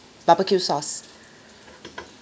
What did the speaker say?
barbecue sauce